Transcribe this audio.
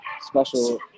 special